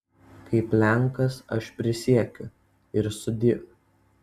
kaip lenkas aš prisiekiu ir sudieu